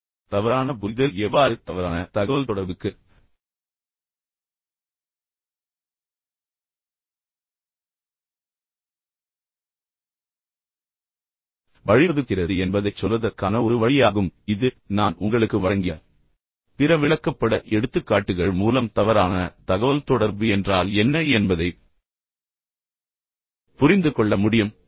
இப்போது தவறான புரிதல் எவ்வாறு தவறான தகவல்தொடர்புக்கு வழிவகுக்கிறது என்பதைச் சொல்வதற்கான ஒரு வேடிக்கையான வழியாகும் இந்த எடுத்துக்காட்டு மற்றும் நான் உங்களுக்கு வழங்கிய பிற விளக்கப்பட எடுத்துக்காட்டுகள் மூலம் தவறான தகவல்தொடர்பு என்றால் என்ன என்பதைப் புரிந்துகொள்ள முடியும்